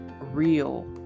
real